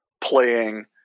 playing